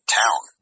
town